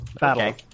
Battle